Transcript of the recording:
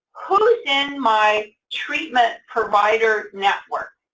who's in my treatment provider network?